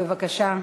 בבקשה.